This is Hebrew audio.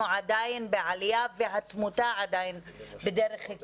אנחנו עדיין בעלייה והתמותה בהרבה